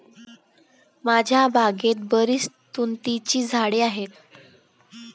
माझ्या बागेत बरीच तुतीची झाडे आहेत